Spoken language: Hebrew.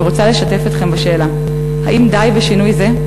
ורוצה לשתף אתכם בשאלה: האם די בשינוי זה?